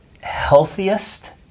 healthiest